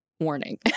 Warning